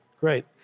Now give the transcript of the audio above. Great